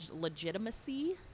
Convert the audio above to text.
legitimacy